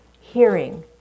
hearing